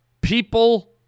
people